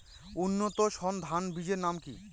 উন্নত সর্ন ধান বীজের নাম কি?